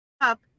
up